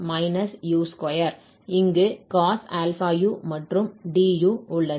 இங்கு cos αu மற்றும் du உள்ளது